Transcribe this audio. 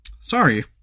sorry